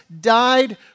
died